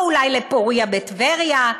או אולי לפוריה בטבריה?